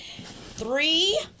Three